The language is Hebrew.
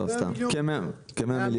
רק באכלוס